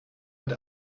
mit